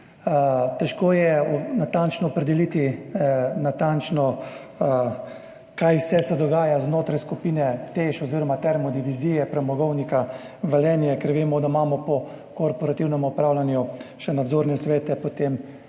Težko je natančno opredeliti, kaj vse se dogaja znotraj skupine Teš oziroma termodivizije Premogovnika Velenje, ker vemo, da imamo po korporativnem upravljanju še nadzorne svete, potem